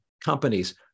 companies